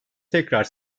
tekrar